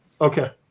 Okay